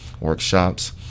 workshops